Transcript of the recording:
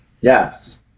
Yes